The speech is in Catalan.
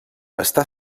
està